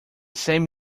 same